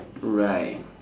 right